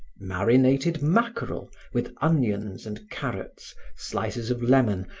marinated mackerel, with onions and carrots, slices of lemon,